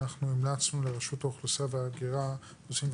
אנחנו המלצות לרשות האוכלוסין וההגירה,